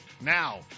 Now